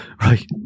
right